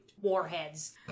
warheads